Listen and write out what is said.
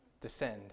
descend